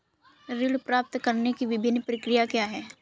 ऋण प्राप्त करने की विभिन्न प्रक्रिया क्या हैं?